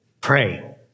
pray